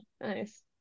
nice